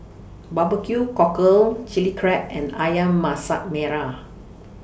Barbecue Cockle Chili Crab and Ayam Masak Merah